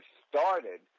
started